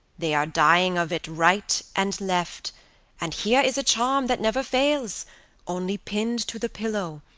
they are dying of it right and left and here is a charm that never fails only pinned to the pillow,